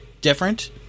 different